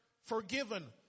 forgiven